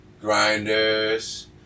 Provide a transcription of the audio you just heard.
grinders